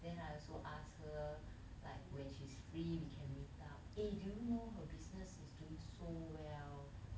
then I also ask her like when she's free we can meet up eh do you know her business is doing so well